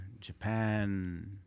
japan